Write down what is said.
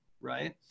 right